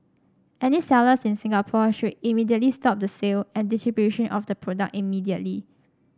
any sellers in Singapore should immediately stop the sale and distribution of the product immediately